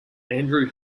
andrew